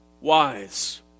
wise